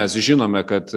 mes žinome kad